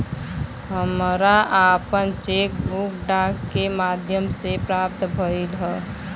हमरा आपन cheque book डाक के माध्यम से प्राप्त भइल ह